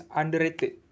underrated